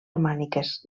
romàniques